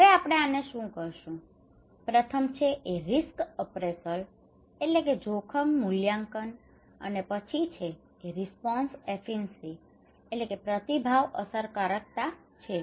હવે આપણે આને શું કહીશું પ્રથમ છે એ રિસ્ક અપ્રેસલ risk appraisal જોખમ મૂલ્યાંકન અને પછી રિસ્પોન્સ એફીસન્સી response efficacy પ્રતિભાવ અસરકારકતા છે